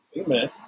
amen